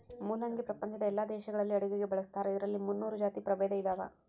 ಮುಲ್ಲಂಗಿ ಪ್ರಪಂಚದ ಎಲ್ಲಾ ದೇಶಗಳಲ್ಲಿ ಅಡುಗೆಗೆ ಬಳಸ್ತಾರ ಇದರಲ್ಲಿ ಮುನ್ನೂರು ಜಾತಿ ಪ್ರಭೇದ ಇದಾವ